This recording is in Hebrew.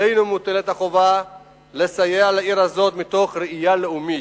עלינו מוטלת החובה לסייע לעיר הזאת מתוך ראייה לאומית,